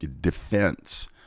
defense